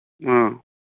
ꯑꯥ